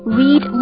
read